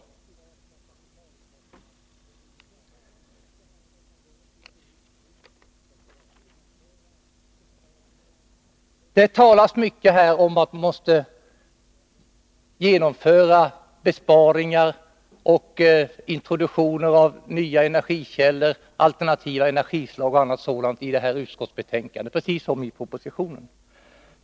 I utskottsbetänkandet, liksom i propositionen, talas det mycket om att vi måste genomföra besparingar och introducera alternativa energikällor.